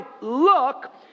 look